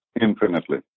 infinitely